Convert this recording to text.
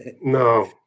No